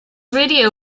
radio